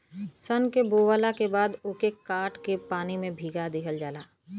सन के बोवला के बाद ओके काट के पानी में भीगा दिहल जाला